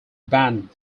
banned